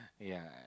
ya